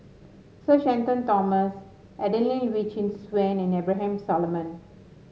Sir Shenton Thomas Adelene Wee Chin Suan and Abraham Solomon